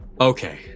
Okay